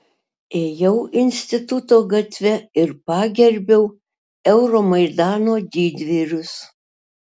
ėjau instituto gatve ir pagerbiau euromaidano didvyrius